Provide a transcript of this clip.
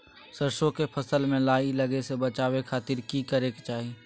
सरसों के फसल में लाही लगे से बचावे खातिर की करे के चाही?